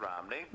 Romney